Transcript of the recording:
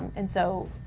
and so